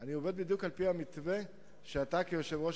אני עובד בדיוק על-פי המתווה שאתה כיושב-ראש